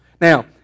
Now